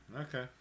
Okay